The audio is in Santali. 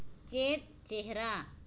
ᱪᱮᱫ ᱪᱮᱦᱨᱟ